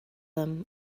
them